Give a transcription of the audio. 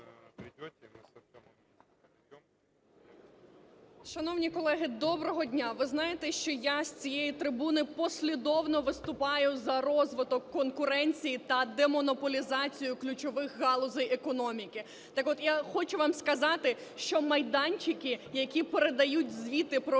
Шановні колеги, доброго дня. Ви знаєте, що я з цієї трибуни послідовно виступаю за розвиток конкуренції та демонополізацію ключових галузей економіки. Так от, я хочу вам сказати, що майданчики, які передають звіти про